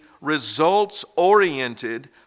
results-oriented